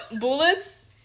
bullets